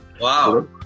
Wow